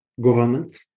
government